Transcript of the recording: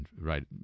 right